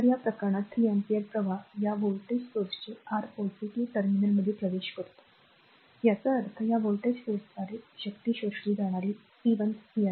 तर या प्रकरणात 3 अँपिअर प्रवाह या व्होल्टेज स्त्रोताचे आर पॉझिटिव्ह टर्मिनलमध्ये प्रवेश करतो याचा अर्थ या व्होल्टेज स्त्रोताद्वारे शोषली जाणारी शक्ती ही p 1